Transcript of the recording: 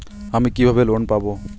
আমি কিভাবে লোন পাব?